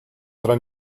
tra